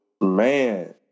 Man